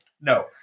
No